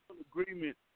agreement